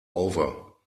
over